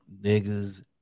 niggas